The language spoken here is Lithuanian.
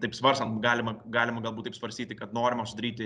taip svarstant galima galima galbūt taip svarstyti kad norima sudaryti